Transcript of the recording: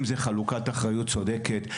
אם זה חלוקת אחריות צודקת,